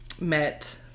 met